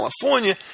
California